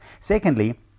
Secondly